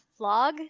vlog